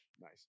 Nice